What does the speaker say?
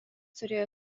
turėjo